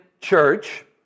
church